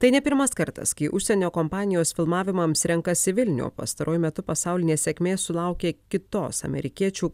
tai ne pirmas kartas kai užsienio kompanijos filmavimams renkasi vilnių pastaruoju metu pasaulinės sėkmės sulaukė kitos amerikiečių